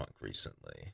recently